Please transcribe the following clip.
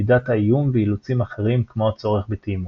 מידת האיום ואילוצים אחרים כמו הצורך בתאימות.